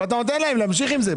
אבל אתה נותן להם להמשיך עם זה.